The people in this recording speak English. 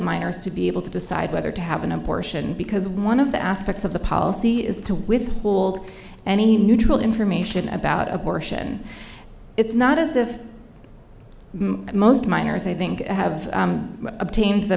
minors to be able to decide whether to have an abortion because one of the aspects of the policy is to withhold any neutral information about abortion it's not as if most minors i think have obtained the